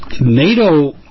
NATO